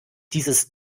dieses